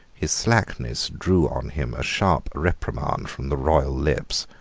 his slackness drew on him a sharp reprimand from the royal lips.